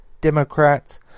Democrats